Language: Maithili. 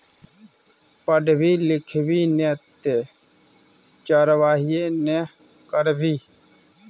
पढ़बी लिखभी नै तँ चरवाहिये ने करभी